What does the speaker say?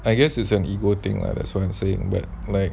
I guess is an ego thing lah that's what I'm saying but like